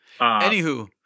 Anywho